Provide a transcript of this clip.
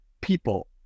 people